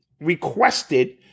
requested